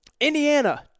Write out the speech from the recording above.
Indiana